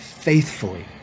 faithfully